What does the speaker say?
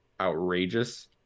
outrageous